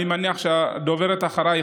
ואני מניח שהדוברת אחריי,